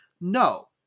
no